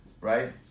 right